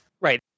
Right